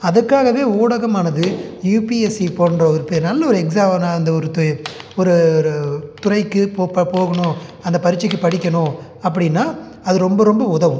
அதுக்காகவே ஊடகமானது யூபிஎஸ்சி போன்ற இப்போ நல்ல ஒரு எக்ஸாம் நான் அந்த ஒரு து ஒரு ஒரு துறைக்கு போ இப்போ போகணும் அந்த பரிட்சைக்கு படிக்கணும் அப்படின்னா அது ரொம்ப ரொம்ப உதவும்